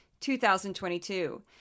2022